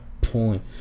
point